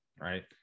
right